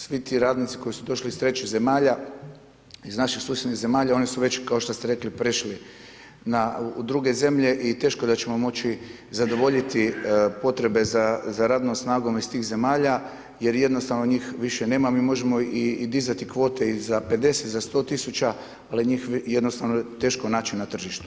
Svi ti radnici koji su došli iz trećih zemalja iz naših susjednih zemalja, oni su već, kao što ste rekli prešli u druge zemlje i teško da ćemo moći zadovoljiti potrebe za radnom snagom iz tih zemalja jer jednostavno njih više nema, mi možemo i dizati kvote i za 50 i za 100 tisuća, ali je njih jednostavno teško naći na tržištu.